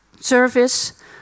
service